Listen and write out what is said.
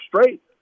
straight